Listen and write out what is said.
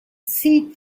seat